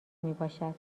میباشد